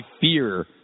fear